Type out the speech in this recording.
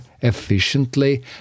efficiently